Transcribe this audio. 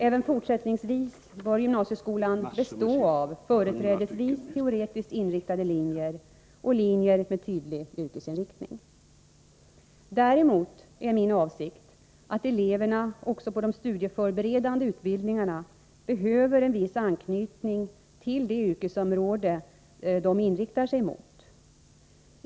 Även fortsättningsvis bör gymnasieskolan bestå av företrädesvis teoretiskt inriktade linjer och linjer med tydlig yrkesinriktning. Däremot är det min åsikt att eleverna också på de studieförberedande utbildningarna behöver en viss anknytning till det yrkesområde de inriktar sig mot.